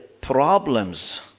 problems